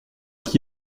qui